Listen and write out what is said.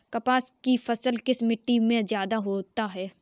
कपास की फसल किस मिट्टी में ज्यादा होता है?